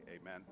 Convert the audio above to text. Amen